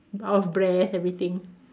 out of breath everything